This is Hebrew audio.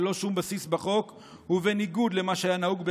ללא שום בסיס בחוק ובניגוד למה שהיה נהוג בעבר,